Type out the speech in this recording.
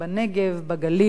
בגליל,